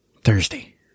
Thursday